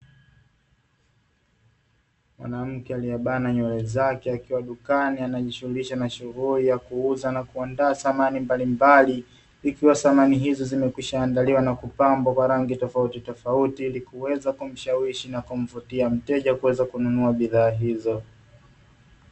Mwanamke aliyebana nywele zake akiwa dukani anajishughulisha na shughuli ya kuuza na kuandaa samani mbalimbali, zikiwa samani hizo zimekwisha andaliwa na kupambwa kwa rangi tofauti tofauti ili kuweza kumshawishi na kumvutia mteja kuweza kununua bidhaa hizo.